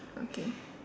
okay